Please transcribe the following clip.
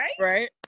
Right